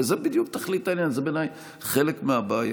הרי זו בדיוק תכלית העניין, זה בעיניי חלק מהבעיה.